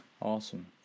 Awesome